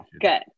Good